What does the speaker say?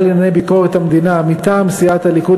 לענייני ביקורת המדינה: מטעם סיעת הליכוד,